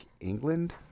england